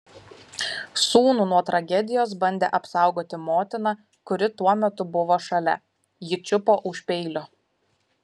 sūnų nuo tragedijos bandė apsaugoti motina kuri tuo metu buvo šalia ji čiupo už peilio